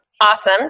Awesome